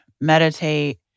meditate